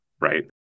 right